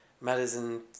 medicine